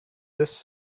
this